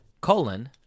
Colon